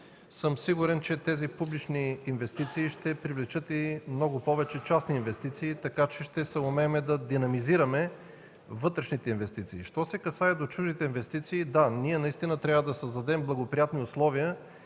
сигурен съм, че тези публични инвестиции ще привлекат и много повече частни инвестиции, така че ще съумеем да динамизираме вътрешните инвестиции. Що се касае до чуждите инвестиции – да, наистина трябва да създадем благоприятни условия,